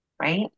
right